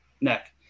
neck